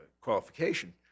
qualification